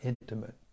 intimate